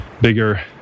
bigger